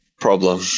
problem